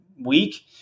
week